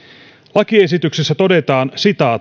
lakiesityksessä todetaan